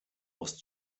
was